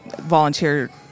volunteer